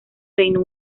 reino